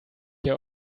your